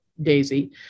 Daisy